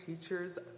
teacher's